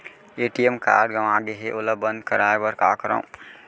ATM card गंवा गे है ओला बंद कराये बर का करंव?